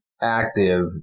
active